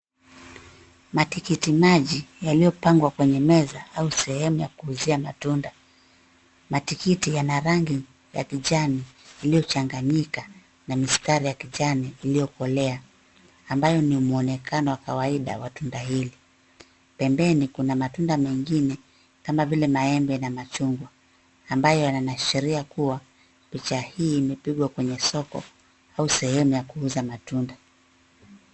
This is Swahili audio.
Matikiti maji yaliyopangwa kwenye meza au sehemu ya kuuzia matunda. Matikiti yana rangi ya kijani iliyochanganyika na mistari ya kichani iliyokolea, ambayo ni mwonekano wa kawaida wa tunda hili. Pembeni, kuna matunda mengine kama vile maembe na machungwa ambayo yanaashiria kuwa picha hii imepigwa kwenye soko au sehemu ya kuuza matunda.